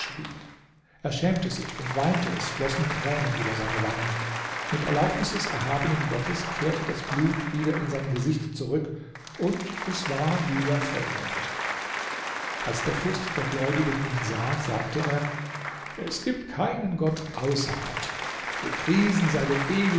er schämte sich und weinte es flossen tränen über seine wangen mit erlaubnis des erhabenen gottes kehrte das blut wieder in sein gesicht zurück und es war wie der vollmond als der fürst der gläubigen ihn sah sagte er es gibt keinen gott außer gott gepriesen sei der